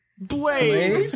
Blades